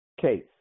case